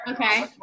Okay